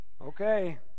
Okay